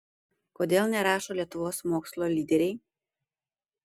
kodėl nerašo lietuvos mokslo lyderiai